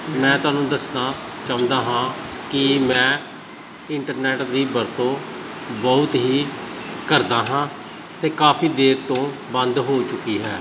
ਮੈਂ ਤੁਹਾਨੂੰ ਦੱਸਣਾ ਚਾਹੁੰਦਾ ਹਾਂ ਕਿ ਮੈਂ ਇੰਟਰਨੈਟ ਦੀ ਵਰਤੋਂ ਬਹੁਤ ਹੀ ਕਰਦਾ ਹਾਂ ਅਤੇ ਕਾਫੀ ਦੇਰ ਤੋਂ ਬੰਦ ਹੋ ਚੁੱਕੀ ਹੈ